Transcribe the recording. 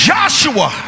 Joshua